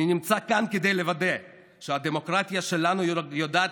אני נמצא כאן כדי לוודא שהדמוקרטיה שלנו יודעת